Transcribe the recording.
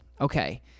okay